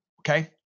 okay